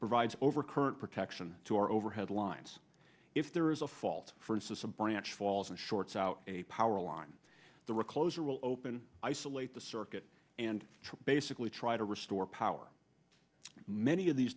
provides overcurrent protection to our overhead lines if there is a fault for instance a branch falls and shorts out a power line the recloser will open isolate the circuit and to basically try to restore power many of these